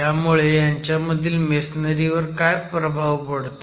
ह्यामुळे ह्यांच्यामधील मेसनरी वर काय प्रभाव पडतो